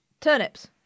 Turnips